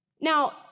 Now